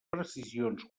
precisions